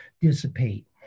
dissipate